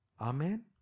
Amen